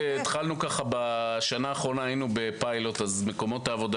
בשנה האחרונה היינו בפיילוט ומקומות העבודה